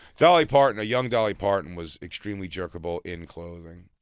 dolly parton, a young dolly parton, was extremely jerkable in clothing,